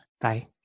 Bye